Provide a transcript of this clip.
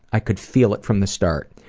i could feel it from the start.